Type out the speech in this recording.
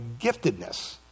giftedness